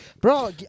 Bro